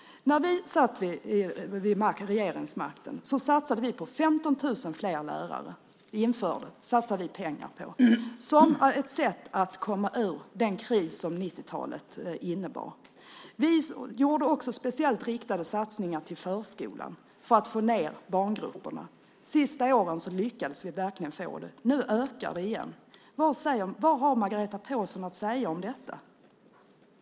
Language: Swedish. När vi satt vid regeringsmakten satsade vi på 15 000 fler lärare. Det satsade vi pengar på. Det var ett sätt att komma ur den kris som 90-talet innebar. Vi gjorde också speciellt riktade satsningar på förskolan för att få ned barngruppernas storlek. De sista åren lyckades vi verkligen. Nu ökar det igen. Vad har Margareta Pålsson att säga om detta?